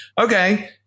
okay